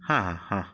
ହଁ ହଁ ହଁ